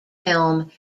film